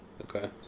Okay